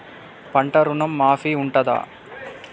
పంట ఋణం మాఫీ ఉంటదా?